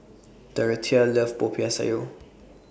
Dorathea loves Popiah Sayur